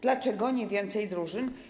Dlaczego nie więcej drużyn?